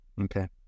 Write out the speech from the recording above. Okay